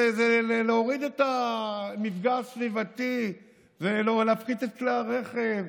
זה להוריד את המפגע הסביבתי ולהפחית את כלי הרכב.